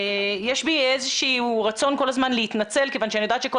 יש בי איזה שהוא רצון כל הזמן להתנצל כיוון שאני יודעת שכל